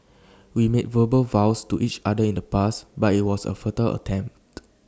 we made verbal vows to each other in the past but IT was A futile attempt